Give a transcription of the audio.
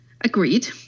Agreed